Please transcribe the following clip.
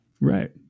Right